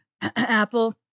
Apple